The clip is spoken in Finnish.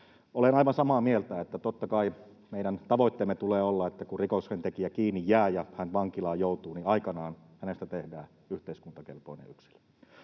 Olen aivan samaa mieltä, että totta kai meidän tavoitteemme tulee olla, että kun rikoksentekijä kiinni jää ja hän vankilaan joutuu, niin aikanaan hänestä tehdään yhteiskuntakelpoinen yksilö,